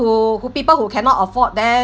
who who people who cannot afford then